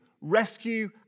Rescue